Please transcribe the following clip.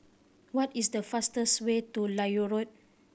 what is the fastest way to Lloyd Road